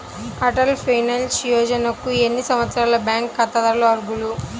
Atal pension యోజనకు ఎన్ని సంవత్సరాల బ్యాంక్ ఖాతాదారులు అర్హులు?